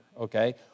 okay